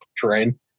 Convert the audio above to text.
terrain